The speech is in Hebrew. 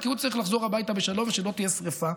כי הוא צריך לחזור הביתה בשלום ושלא תהיה שרפה,